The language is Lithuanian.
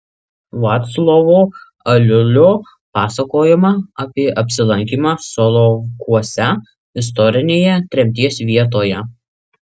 vaclovo aliulio pasakojimą apie apsilankymą solovkuose istorinėje tremties vietoje